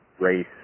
race